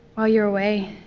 while you were away,